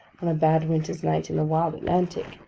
on a bad winter's night in the wild atlantic,